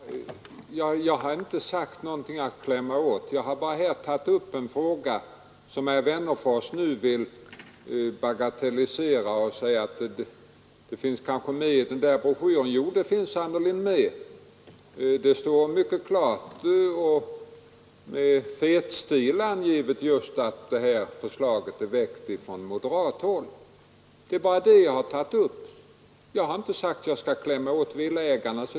Fru talman! Jag har inte sagt någonting om att klämma åt; jag har bara här tagit upp en fråga som herr Wennerfors nu vill bagatellisera. Han säger att den kanske finns med i den där broschyren. Ja, den finns sannerligen med. Det står mycket klart angivet — och med fet stil — att det här förslaget är väckt från moderat håll. Det är bara det jag har tagit upp. Jag har inte sagt att jag vill klämma åt villaägarna.